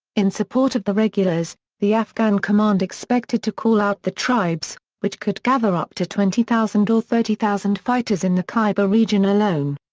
in support of the regulars, the afghan command expected to call out the tribes, which could gather up to twenty thousand or thirty thousand fighters in the khyber region alone.